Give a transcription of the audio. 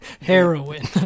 heroin